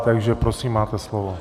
Takže prosím, máte slovo.